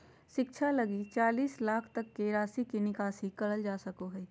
शिक्षा लगी चालीस लाख तक के राशि के निकासी करल जा सको हइ